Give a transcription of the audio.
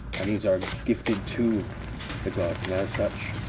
and these are gifted to the god, and as such,